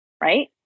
Right